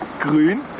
grün